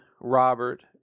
Robert